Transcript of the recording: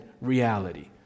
reality